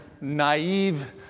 naive